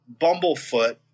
Bumblefoot